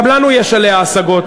גם לנו יש עליה השגות,